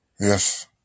Yes